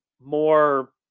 more